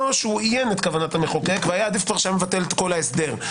או הוא איין את כוונת המחוקק והיה עדיף שהיה מבטל את כל ההסדר.